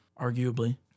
arguably